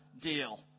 deal